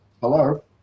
Hello